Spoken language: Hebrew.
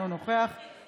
אינו נוכח ישראל כץ,